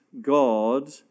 God